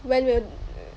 when when